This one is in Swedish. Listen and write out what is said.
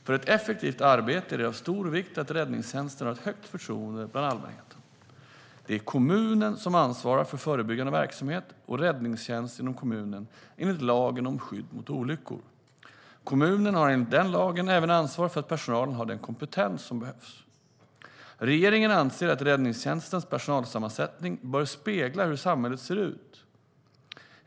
För ett effektivt arbete är det av stor vikt att räddningstjänsten har ett högt förtroende bland allmänheten. Det är kommunen som ansvarar för förebyggande verksamhet och räddningstjänst inom kommunen enligt lagen om skydd mot olyckor. Kommunen har enligt den lagen även ansvar för att personalen har den kompetens som behövs. Regeringen anser att räddningstjänstens personalsammansättning bör spegla hur samhället ser ut.